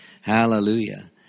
Hallelujah